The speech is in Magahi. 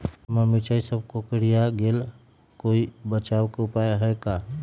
हमर मिर्ची सब कोकररिया गेल कोई बचाव के उपाय है का?